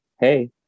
hey